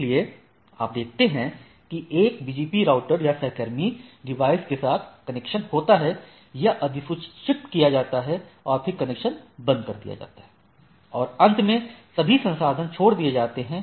इसलिए आप देखते हैं कि एक BGP राउटर या सहकर्मी डिवाइस के साथ कनेक्शन होता है यह अधिसूचित किया जाता है और फिर कनेक्शन बंद कर दिया जाता है और अंत में सभी संसाधन छोड़ दिए जाते हैं